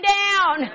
down